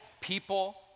people